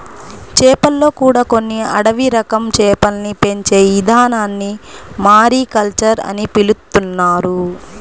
చేపల్లో కూడా కొన్ని అడవి రకం చేపల్ని పెంచే ఇదానాన్ని మారికల్చర్ అని పిలుత్తున్నారు